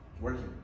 working